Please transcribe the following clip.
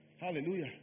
Hallelujah